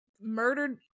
murdered